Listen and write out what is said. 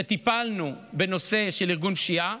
כשטיפלנו בנושא של ארגון פשיעה,